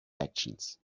actions